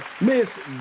Miss